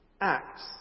Acts